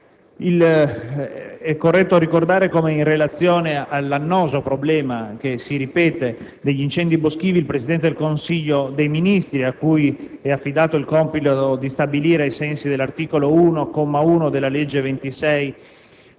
È corretto ricordare come in relazione all'annoso problema che si ripete degli incendi boschivi il Presidente del Consiglio dei Ministri, cui è affidato il compito di stabilire, ai sensi dell'articolo 1, comma 1, della legge 26